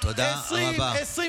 16. אחת,